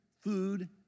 food